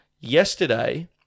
yesterday